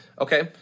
okay